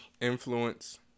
influence